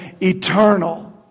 eternal